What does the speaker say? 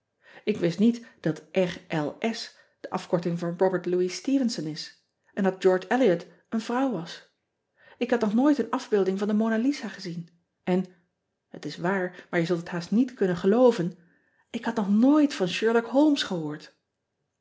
k wist niet dat de afkorting van obert ouis tevenson is en dat eorge liot een vrouw was k had nog nooit een afbeelding van de ona isa gezien en het is waar maar je zult het haast niet kunnen gelooven ik had nog nooit van herlock olmes gehoord